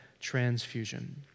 transfusion